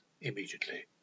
immediately